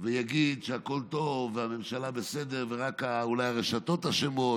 ויגיד שהכול טוב והממשלה בסדר, ורק הרשתות אשמות.